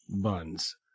Buns